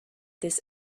this